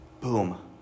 Boom